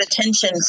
attention